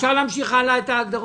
אפשר להמשיך הלאה ולקרוא את ההגדרות?